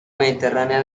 mediterránea